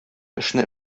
эшне